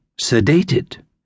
sedated